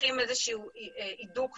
מצריכים הידוק נוסף,